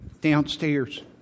downstairs